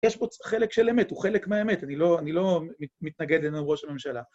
יש פה חלק של אמת, הוא חלק מהאמת, אני לא מתנגד עם ראש הממשלה.